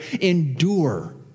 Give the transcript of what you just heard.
endure